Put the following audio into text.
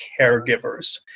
caregivers